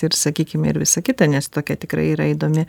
ir sakykim ir visa kita nes tokia tikrai yra įdomi